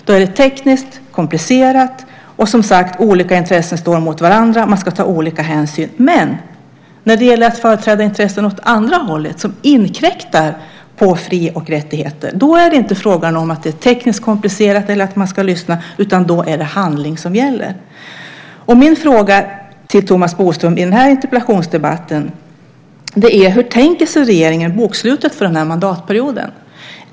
Då är det tekniskt komplicerat, och olika intressen står mot varandra. Man ska ta olika hänsyn. Men när det gäller att företräda intressen åt det andra hållet, som inkräktar på fri och rättigheter, är det inte fråga om att det är tekniskt komplicerat eller att man ska lyssna. Då är det handling som gäller. Min fråga till Thomas Bodström i den här interpellationsdebatten är: Hur tänker sig regeringen bokslutet för den här mandatperioden?